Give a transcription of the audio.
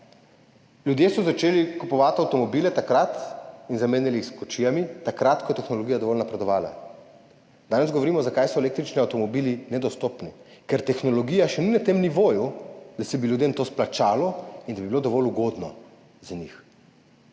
Ljudje so začeli kupovati avtomobile in jih zamenjali s kočijami takrat, ko je tehnologija dovolj napredovala. Danes govorimo, zakaj so električni avtomobili nedostopni, ker tehnologija še ni na tem nivoju, da se bi ljudem to izplačalo in da bi bilo dovolj ugodno za njih.